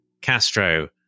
castro